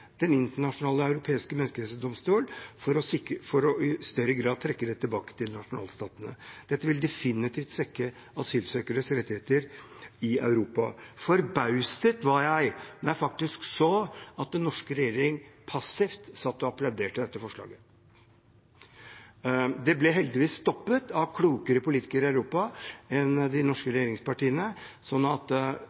Den europeiske menneskerettsdomstol, for i større grad å trekke det tilbake til nasjonalstatene. Dette ville definitivt svekke asylsøkeres rettigheter i Europa. Forbauset var jeg: Det er faktisk slik at den norske regjering passivt satt og applauderte dette forslaget. Det ble heldigvis stoppet av klokere politikere i Europa enn de norske regjeringspartiene,